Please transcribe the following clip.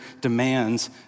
demands